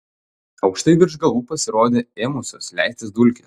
aukštai virš galvų pasirodė ėmusios leistis dulkės